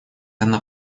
она